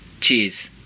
Cheers